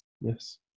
Yes